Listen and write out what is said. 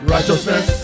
Righteousness